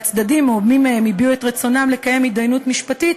והצדדים או מי מהם הביעו את רצונם לקיים התדיינות משפטית,